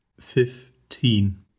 fifteen